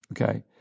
okay